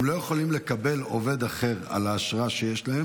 הם לא יכולים לקבל עובד אחר על האשרה שיש להם